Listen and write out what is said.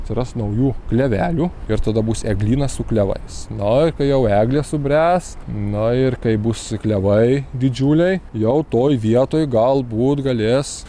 atsiras naujų klevelių ir tada bus eglynas su klevais na ką jau eglės subręs na ir kai bus klevai didžiuliai jau toj vietoj galbūt galės